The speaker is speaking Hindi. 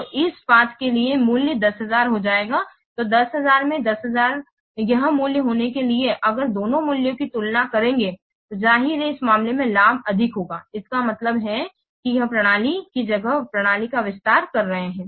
तो इस पाथ के लिए मूल्य 10000 हो जाएगा तो 10000 में 10000 यह मूल्य होने के लिए अगर दोनों मूल्यों की तुलना करेंगे जाहिर है इस मामले में लाभ अधिकतम होगा इसका मतलब है कि यह प्रणाली की जगह प्रणाली का विस्तार कर रहा है